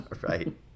Right